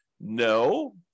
No